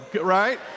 Right